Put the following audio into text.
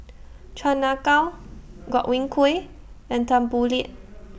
Chan Ah Kow Godwin Koay and Tan Boo Liat